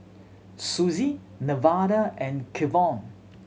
Suzie Nevada and Kevon